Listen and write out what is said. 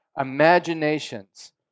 imaginations